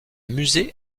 musée